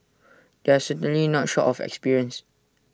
they are certainly not short of experience